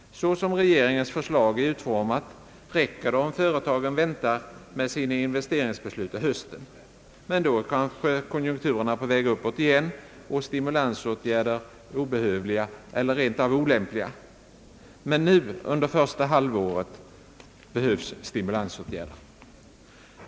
Så som regeringens förslag är utformat räcker det om företagen väntar med sina investeringsbeslut till hösten. Men då är kanske konjunkturerna på väg uppåt igen och stimulansåtgärder obehövliga eller rent av olämpliga. Det är nu — under första halvåret — som stimulansåtgärder behövs.